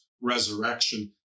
resurrection